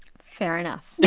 fair enough